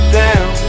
down